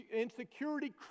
insecurity